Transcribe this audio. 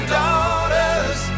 daughters